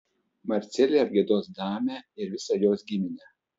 marcelė apgiedos damę ir visą jos giminę